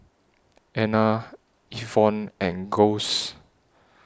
Ena Evonne and Gus